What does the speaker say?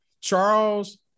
Charles